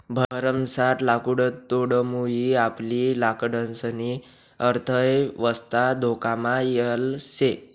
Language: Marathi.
भरमसाठ लाकुडतोडमुये आपली लाकडंसनी अर्थयवस्था धोकामा येल शे